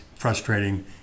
frustrating